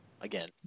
again